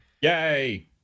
Yay